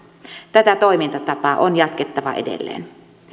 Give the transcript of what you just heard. tätä toimintatapaa on jatkettava edelleen